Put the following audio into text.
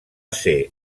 ser